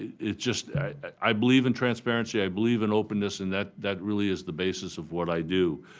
it's just i believe in transparency. i believe in openness. and that that really is the basis of what i do.